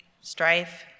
strife